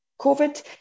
COVID